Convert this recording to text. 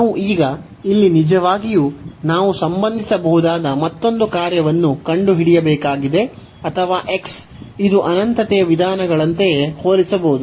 ನಾವು ಈಗ ಇಲ್ಲಿ ನಿಜವಾಗಿಯೂ ನಾವು ಸಂಬಂಧಿಸಬಹುದಾದ ಮತ್ತೊಂದು ಕಾರ್ಯವನ್ನು ಕಂಡುಹಿಡಿಯಬೇಕಾಗಿದೆ ಅಥವಾ ಇದು ಅನಂತತೆಯ ವಿಧಾನಗಳಂತೆಯೇ ಹೋಲಿಸಬಹುದು